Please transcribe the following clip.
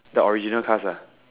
the original cast ah